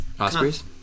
Ospreys